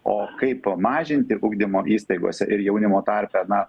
o kaip mažinti ugdymo įstaigose ir jaunimo tarpe na